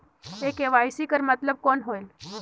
ये के.वाई.सी कर मतलब कौन होएल?